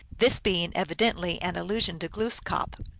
this being evidently an allusion to glooskap.